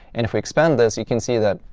and if we expand this, you can see that,